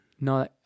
No